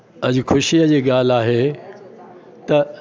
अॼु ख़ुशीअ जी ॻाल्हि आहे त